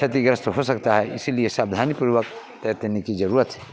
क्षतिग्रस्त हो सकता है इसलिए सवधानी पूर्वक तैर तने की ज़रूरत है